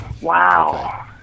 wow